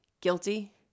guilty